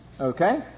Okay